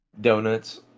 donuts